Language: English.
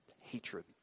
hatred